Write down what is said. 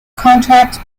contract